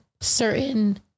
certain